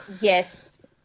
Yes